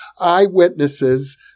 eyewitnesses